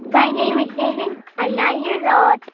my name is jamie. i'm nine years old,